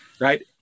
right